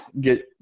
get